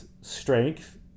strength